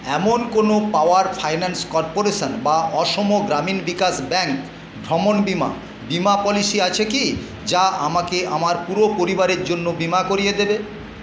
এমন কোন power finance corporation বা অসম গ্রামীণ বিকাশ ব্যাঙ্ক ভ্রমণ বীমা বীমা পলিসি আছে কি যা আমাকে আমার পুরো পরিবারের জন্য বীমা করিয়ে দেবে